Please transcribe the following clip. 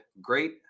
great